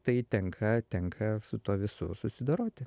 tai tenka tenka su tuo visu susidoroti